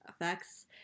effects